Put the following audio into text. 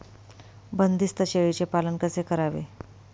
बंदिस्त शेळीचे पालन कसे करावे?